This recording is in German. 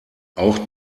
auch